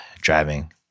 driving